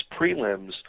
prelims